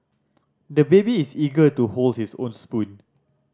the baby is eager to hold his own spoon